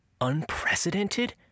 unprecedented